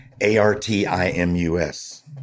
A-R-T-I-M-U-S